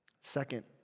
second